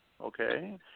Okay